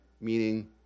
meaning